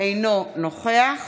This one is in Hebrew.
אינו נוכח